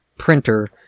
printer